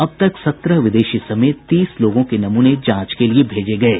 अब तक सत्रह विदेशी समेत तीस लोगों के नमूने जांच के लिये भेजे गये